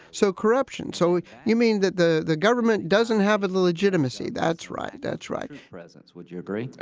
so corruption. so you mean that the the government doesn't have ah the legitimacy? that's right. that's right. presence would you agree?